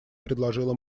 предложила